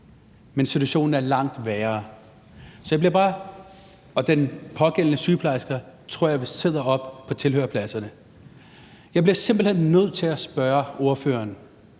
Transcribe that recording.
men situationen er langt værre, og den pågældende sygeplejerske tror jeg vist sidder oppe på tilhørerpladserne. Jeg bliver simpelt hen nødt til at spørge ordføreren: